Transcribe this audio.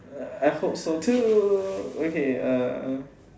I hope so too okay uh